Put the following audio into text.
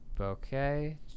Okay